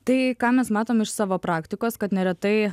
tai ką mes matom iš savo praktikos kad neretai